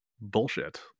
bullshit